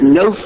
no